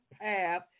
path